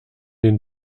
den